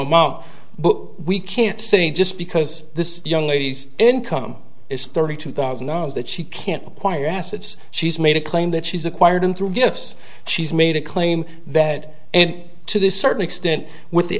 amount but we can't sing just because this young lady's income is thirty two thousand dollars that she can't acquire assets she's made a claim that she's acquired through gifts she's made a claim that and to this certain extent with the